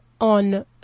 on